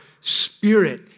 spirit